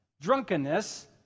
drunkenness